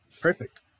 Perfect